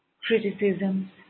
criticisms